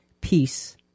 peace